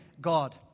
God